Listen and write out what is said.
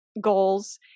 goals